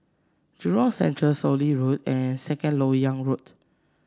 Jurong Central Soon Lee Road and Second LoK Yang Road